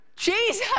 Jesus